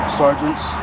sergeants